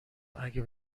اگه